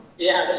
yeah.